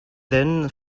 then